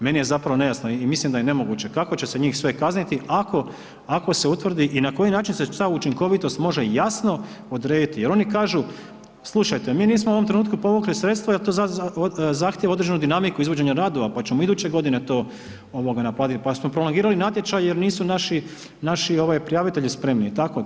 Meni je zapravo nejasno i mislim da je nemoguće kako će se njih sve kazniti ako se utvrdi i na koji način se ta učinkovitost može jasno odrediti jer oni kažu, slušajte, mi nismo u ovom trenutku povukli sredstva jer to zahtjeva određenu dinamiku izvođenja radova pa ćemo iduće godine to naplatiti pa su tu prolongirali natječaj jer nisu naši prijavitelji spremni i tako.